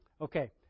Okay